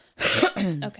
Okay